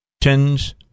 Tens